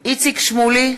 איציק שמולי,